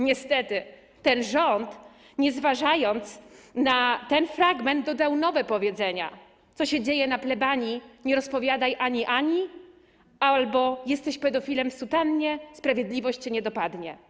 Niestety ten rząd, nie zważając na ten fragment, dodał nowe powiedzenia: co się dzieje na plebanii, nie rozpowiadaj ani ani albo: jesteś pedofilem w sutannie, sprawiedliwość cię nie dopadnie.